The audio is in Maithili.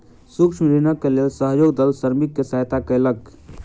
सूक्ष्म ऋणक लेल सहयोग दल श्रमिक के सहयता कयलक